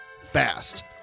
fast